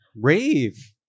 Rave